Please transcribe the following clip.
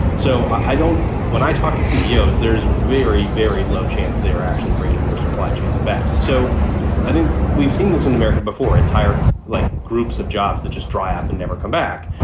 so i don't when i talk to ceos, there's very, very low chance they are actually bringing their supply chains back. so i think we've seen this in america before, entire like groups of jobs that just dry up and never come back.